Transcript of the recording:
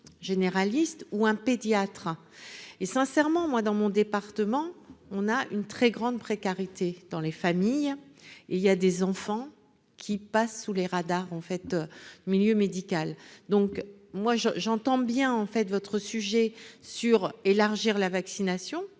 généraliste ou un pédiatre et sincèrement, moi dans mon département, on a une très grande précarité dans les familles il y a des enfants qui passe sous les radars ont fait milieu médical, donc moi je j'entends bien, en fait, votre sujet sur élargir la vaccination